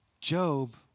Job